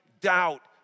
doubt